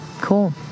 cool